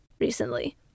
recently